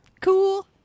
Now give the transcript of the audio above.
cool